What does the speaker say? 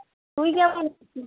তুই কেমন আছিস